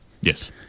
Yes